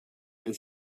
and